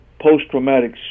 post-traumatic